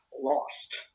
lost